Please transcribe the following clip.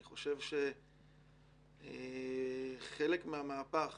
אני חושב שחלק מהמהפך